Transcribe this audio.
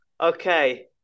Okay